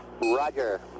Roger